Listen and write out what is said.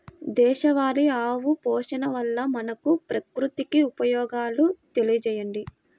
దేశవాళీ ఆవు పోషణ వల్ల మనకు, ప్రకృతికి ఉపయోగాలు తెలియచేయండి?